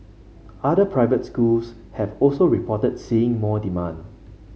other private schools have also reported seeing more demand